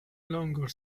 longer